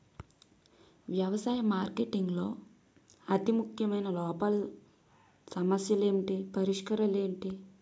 వ్యవసాయ మార్కెటింగ్ లో అతి ముఖ్యమైన లోపాలు సమస్యలు ఏమిటి పరిష్కారాలు ఏంటి?